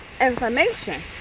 information